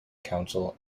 council